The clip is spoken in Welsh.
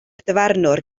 dyfarnwr